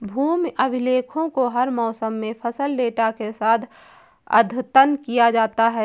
भूमि अभिलेखों को हर मौसम में फसल डेटा के साथ अद्यतन किया जाता है